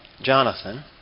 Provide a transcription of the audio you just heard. Jonathan